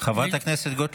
חברת הכנסת גוטליב.